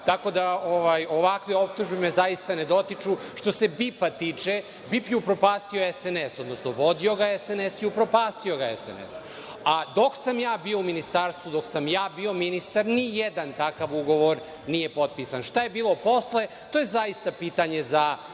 tako da me ovakve optužbe zaista ne dotiču. Što se BIP-a tiče, BIP je upropastio SNS, odnosno vodio ga je SNS i upropastio ga je SNS, a dok sam ja bio u ministarstvu, dok sam ja bio ministar, ni jedan takav ugovor nije potpisan. Šta je bilo posle, to je zaista pitanje za